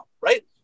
right